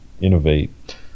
innovate